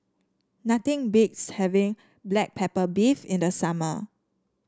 nothing beats having Black Pepper Beef in the summer